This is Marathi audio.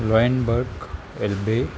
लॉयनबर्ग एल बे